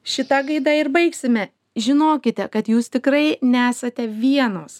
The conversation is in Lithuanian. šita gaida ir baigsime žinokite kad jūs tikrai nesate vienos